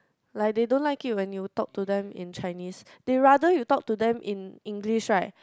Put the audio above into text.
like they don't like it when you talk to them in Chinese they rather you talk to them in English right